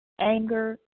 anger